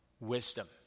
Wisdom